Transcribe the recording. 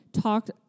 talked